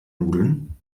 nudeln